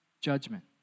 judgment